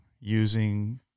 using